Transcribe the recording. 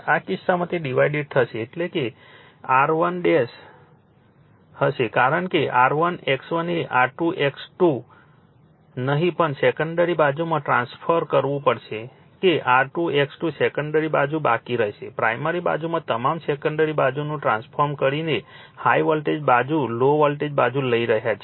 આ કિસ્સામાં તે ડિવાઇડેડ થશે એટલે કે એ R1 હશે કારણ કે R1 X1 એ R2 X2 નહીં પણ સેકન્ડરી બાજુમાં ટ્રાન્સફોર્મ કરવું પડશે એ R2 X2 સેકન્ડરી બાજુ બાકી રહેશે પ્રાઇમરી બાજુમાં તમામ સેકન્ડરી બાજુનું ટ્રાન્સફોર્મ કરીને હાઇ વોલ્ટેજ બાજુ લો વોલ્ટેજ બાજુ લઈ રહ્યા છે